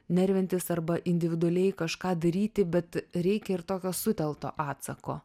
nervintis arba individualiai kažką daryti bet reikia ir tokio sutelkto atsako